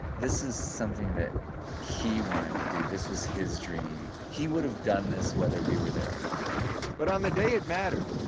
this is something that he wanted to do. this was his dream. he would've done this whether we were there or not. frankel but on the day it mattered,